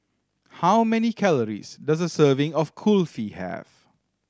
how many calories does a serving of Kulfi have